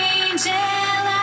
angel